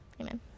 Amen